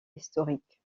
historiques